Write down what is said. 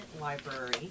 library